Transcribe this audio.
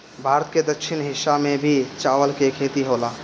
भारत के दक्षिणी हिस्सा में भी चावल के खेती होला